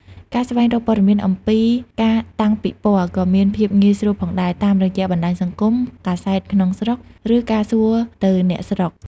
ការស្វែងរកព័ត៌មានអំពីការតាំងពិពណ៌ក៏មានភាពងាយស្រួលផងដែរ តាមរយៈបណ្តាញសង្គម កាសែតក្នុងស្រុក ឬការសួរទៅអ្នកស្រុក។